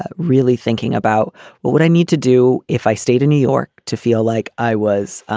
ah really thinking about what what i need to do, if i stayed in new york to feel like i was ah